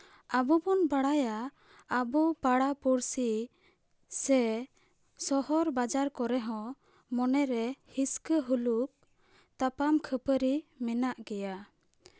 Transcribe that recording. ᱟᱵᱚ ᱵᱚᱱ ᱵᱟᱲᱟᱭᱟ ᱟᱵᱚ ᱯᱟᱲᱟ ᱯᱩᱲᱥᱤ ᱥᱮ ᱥᱚᱦᱚᱨ ᱵᱟᱡᱟᱨ ᱠᱚᱨᱮ ᱦᱚᱸ ᱢᱚᱱᱮᱨᱮ ᱦᱤᱥᱠᱟᱹ ᱦᱩᱞᱩᱠ ᱛᱟᱯᱟᱢ ᱠᱷᱟᱹᱯᱟᱹᱨᱤ ᱢᱮᱱᱟᱜ ᱜᱮᱭᱟ